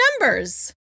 numbers